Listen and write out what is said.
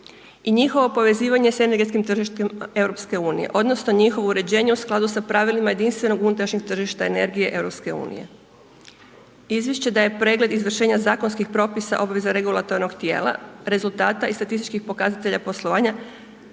I njihovo povezivanje s energetskim tržištima EU, odnosno, njihovo uređenje u skladu s pravilima jedinstvenom unutrašnjeg tržišta energije EU. Izvješće da je pregled izvršenja zakonskog propisa, obveza regulatornog tijela, rezultata i statističkih pokazatelja poslovanja,